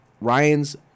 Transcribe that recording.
Ryan's